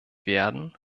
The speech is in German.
werden